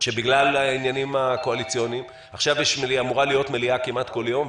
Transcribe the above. שבגלל העניינים הקואליציוניים עכשיו אמורה להיות מליאה כמעט כל יום,